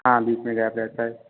हाँ बीच में गैप रहता है